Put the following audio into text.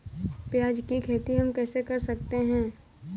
प्याज की खेती हम कैसे कर सकते हैं?